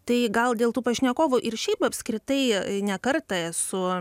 tai gal dėl tų pašnekovų ir šiaip apskritai ne kartą esu